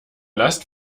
last